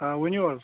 آ ؤنِو حظ